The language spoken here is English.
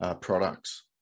products